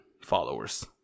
followers